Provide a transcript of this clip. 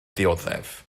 dioddef